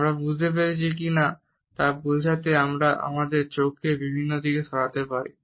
আমরা বুঝতে পেরেছি কি না তা বোঝাতে আমরা আমাদের চোখকে বিভিন্ন দিকে সরাতে পারি